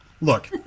look